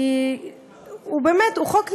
כי באמת הוא חוק נדרש,